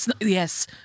Yes